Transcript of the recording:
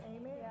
Amen